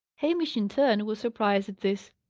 hamish, in turn, was surprised at this.